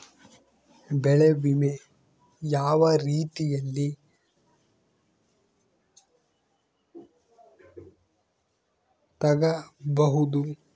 ಬೆಳೆ ವಿಮೆ ಯಾವ ರೇತಿಯಲ್ಲಿ ತಗಬಹುದು?